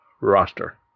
roster